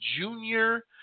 junior